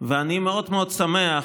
ואני מאוד מאוד שמח